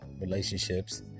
Relationships